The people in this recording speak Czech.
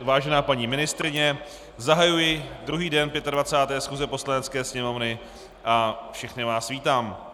Vážená paní ministryně, zahajuji druhý den 25. schůze Poslanecké sněmovny a všechny vás vítám.